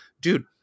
Dude